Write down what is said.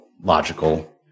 logical